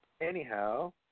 Anyhow